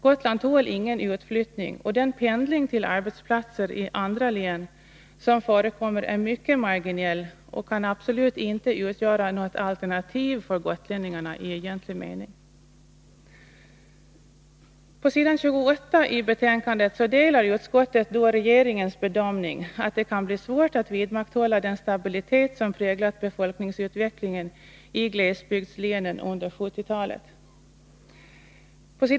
Gotland tål ingen utflyttning, och den pendling till arbetsplatser i andra län som förekommer är mycket marginell och kan absolut inte utgöra något alternativ för gotlänningarna i egentlig mening. På s. 28 i betänkandet delar utskottet regeringens bedömning att det kan bli svårt att vidmakthålla den stabilitet som präglat befolkningsutvecklingen i glesbygdslänen under 1970-talet.